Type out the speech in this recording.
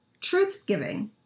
truthsgiving